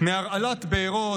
מהרעלת בארות,